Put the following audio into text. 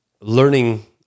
learning